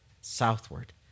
southward